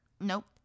nope